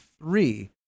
three